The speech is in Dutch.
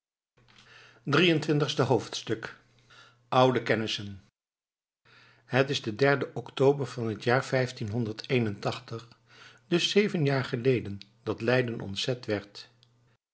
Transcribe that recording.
drieëntwintigste hoofdstuk oude kennissen het is de derde october van het jaar vijftienhonderd eenentachtig dus zeven jaar geleden dat leiden ontzet werd